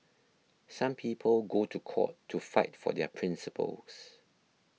some people go to court to fight for their principles